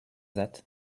that